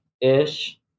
ish